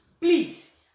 Please